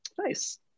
Nice